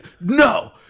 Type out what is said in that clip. no